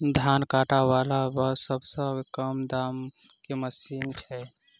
धान काटा वला सबसँ कम दाम केँ मशीन केँ छैय?